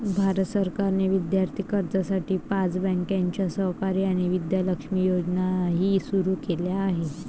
भारत सरकारने विद्यार्थी कर्जासाठी पाच बँकांच्या सहकार्याने विद्या लक्ष्मी योजनाही सुरू केली आहे